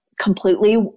completely